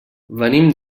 venim